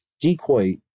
Decoy